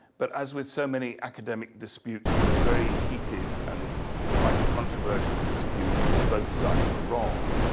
but as with so many academic disputes, it was very heated and quite controversial dispute, and both sides were wrong.